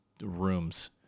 rooms